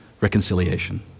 reconciliation